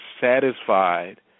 satisfied